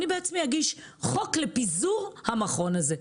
אני בעצמי אגיש הצעת חוק לפיזור המכון הזה.